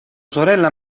sorella